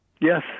Yes